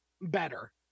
better